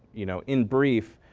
you know, in brief.